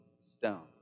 stones